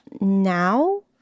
now